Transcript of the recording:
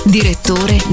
Direttore